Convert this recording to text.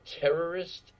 terrorist